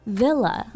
villa